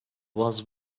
was